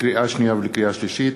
לקריאה שנייה ולקריאה שלישית: